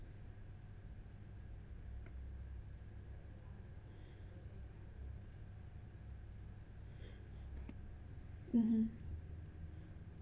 mmhmm